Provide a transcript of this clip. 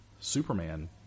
Superman